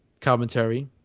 commentary